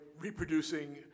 reproducing